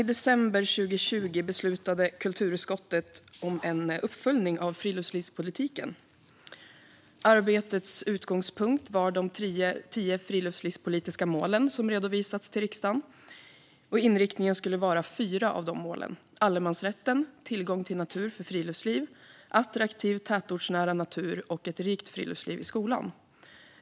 I december 2020 beslutade kulturutskottet om en uppföljning av friluftslivspolitiken. Arbetets utgångspunkt var de tio friluftslivspolitiska målen som redovisats till riksdagen. Inriktningen skulle vara fyra av målen: Allemansrätten, Tillgång till natur för friluftsliv, Attraktiv tätortsnära natur och Ett rikt friluftsliv i skolan.